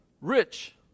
rich